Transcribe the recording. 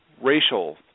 racial